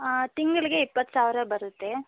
ಹಾಂ ತಿಂಗಳಿಗೆ ಇಪ್ಪತ್ತು ಸಾವಿರ ಬರುತ್ತೆ